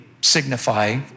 signify